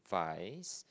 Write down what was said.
vice